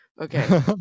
okay